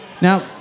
Now